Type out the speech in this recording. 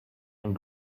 and